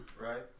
Right